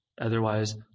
Otherwise